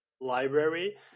library